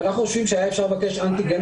אבל אנחנו חושבים שהיה אפשר לבקש אנטיגן